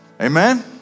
Amen